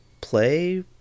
play